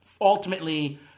ultimately